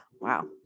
Wow